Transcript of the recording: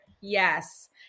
yes